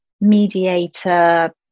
mediator